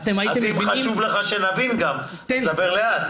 אז אם חשוב לך שנבין תדבר לאט.